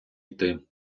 йти